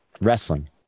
wrestling